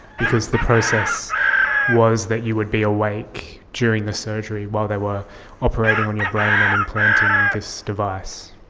because the process was that you would be awake during the surgery while they were operating on your brain and implanting this device.